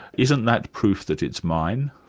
isn't that proof that it's mine?